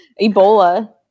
Ebola